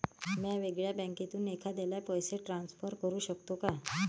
म्या वेगळ्या बँकेतून एखाद्याला पैसे ट्रान्सफर करू शकतो का?